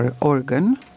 organ